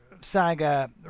saga